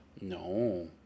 No